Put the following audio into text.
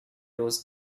rose